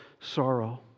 sorrow